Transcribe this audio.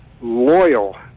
loyal